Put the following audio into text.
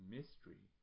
Mystery